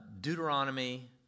Deuteronomy